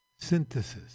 Synthesis